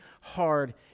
hard